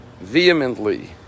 vehemently